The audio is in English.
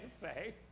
say